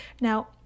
Now